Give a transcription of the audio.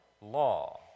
law